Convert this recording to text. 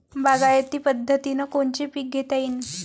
बागायती पद्धतीनं कोनचे पीक घेता येईन?